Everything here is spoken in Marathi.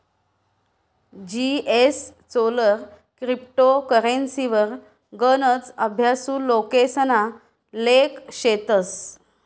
जीएसचोलर क्रिप्टो करेंसीवर गनच अभ्यासु लोकेसना लेख शेतस